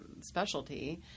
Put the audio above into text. specialty